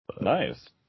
Nice